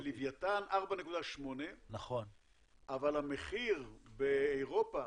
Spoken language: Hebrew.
ולווייתן 4.8, אבל המחיר באירופה